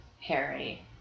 Harry